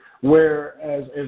whereas